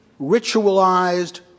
ritualized